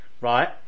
right